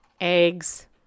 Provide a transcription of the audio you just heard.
eggs